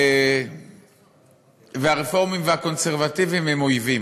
והרפורמים והקונסרבטיבים הם אויבים.